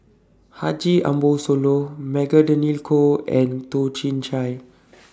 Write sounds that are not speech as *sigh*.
Haji Ambo Sooloh Magdalene Khoo and Toh Chin Chye *noise*